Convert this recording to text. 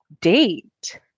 date